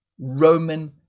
Roman